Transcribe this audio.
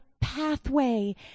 pathway